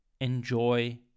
enjoy